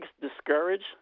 discouraged